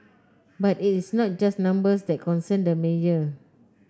but it is not just numbers that concern the mayor